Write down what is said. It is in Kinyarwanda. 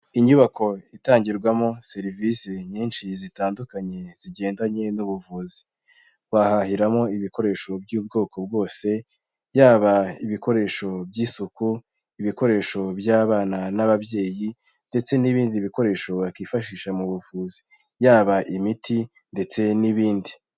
Inyubako itangirwamo serivisi nyinshi zitandukanye zigendanye n'ubuvuzi. Wahahiramo ibikoresho by'ubwoko bwose, yaba ibikoresho by'isuku, ibikoresho by'abana n'ababyeyi ndetse n'ibindi bikoresho wakifashisha mu buvuzi yaba imiti ndetse n'ibindi.